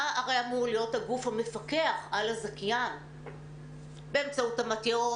אתה הרי אמור להיות הגוף המפקח על הזכיין באמצעות ---,